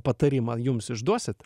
patarimą jums išduosit